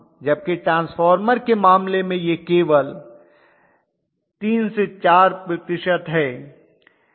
जबकि ट्रांसफार्मर के मामले में यह केवल 3 4 प्रतिशत है